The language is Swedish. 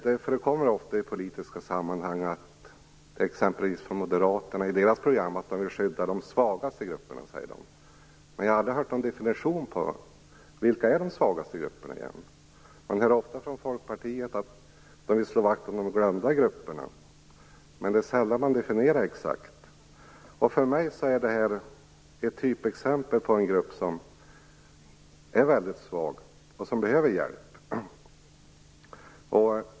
Det förekommer ofta i politiska sammanhang, t.ex. i Moderaternas program, att man vill skydda de svagaste grupperna. Men jag har aldrig hört någon definition på vilka de svagaste grupperna är. Man hör ofta från Folkpartiet att man vill slå vakt om de glömda grupperna. Men det är sällan man definierar detta exakt. För mig är det här ett typexempel på en grupp som är väldigt svag och som behöver hjälp.